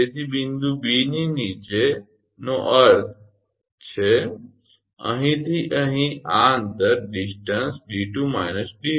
તેથી બિંદુ 𝐵 ની નીચેbelow point 𝐵 નો અર્થ છે અહીંથી અહીં આ અંતર 𝑑2 − 𝑑1